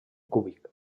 cúbic